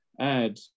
add